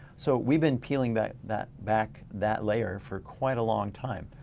so we've been peeling that that back that layer for quite a long time.